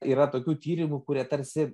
yra tokių tyrimų kurie tarsi